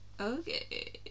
okay